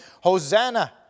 Hosanna